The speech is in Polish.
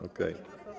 Okej.